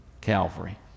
Calvary